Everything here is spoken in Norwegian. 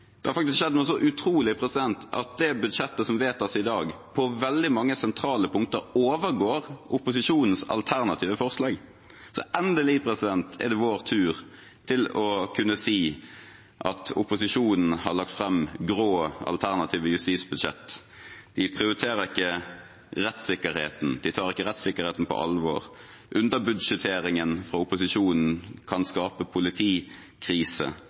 Det har faktisk skjedd noe så utrolig som at det budsjettet som vedtas i dag, på veldig mange sentrale punkter overgår opposisjonens alternative forslag. Så endelig er det vår tur til å kunne si at opposisjonen har lagt fram grå alternative justisbudsjetter. De prioriterer ikke rettssikkerheten. De tar ikke rettssikkerheten på alvor. Underbudsjetteringen fra opposisjonen kan skape politikrise.